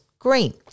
green